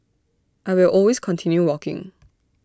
I will always continue walking